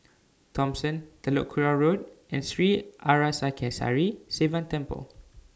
Thomson Telok Kurau Road and Sri Arasakesari Sivan Temple